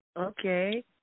Okay